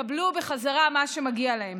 יקבלו בחזרה מה שמגיע להם.